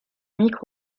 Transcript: micro